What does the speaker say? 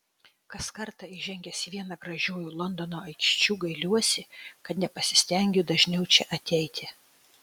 kas kartą įžengęs į vieną gražiųjų londono aikščių gailiuosi kad nepasistengiu dažniau čia ateiti